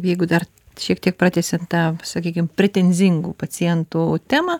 jeigu dar šiek tiek pratęsian tą sakykim pretenzingų pacientų temą